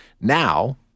now